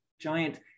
giant